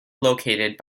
located